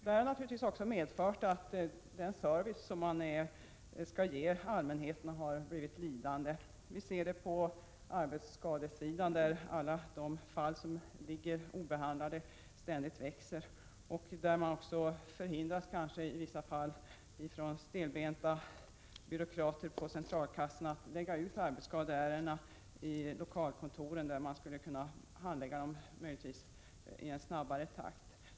Det har naturligtvis också medfört att den service som försäkringskassorna skall ge allmänheten blivit lidande. Vi ser det på arbetsskadesidan, där alla de fall som ligger obehandlade ständigt växer i antal och där man i vissa fall förhindras av stelbenta byråkrater i centralkassorna att lägga ut arbetsskadeärenden i lokalkontoren, där de skulle kunna handläggas i snabbare takt.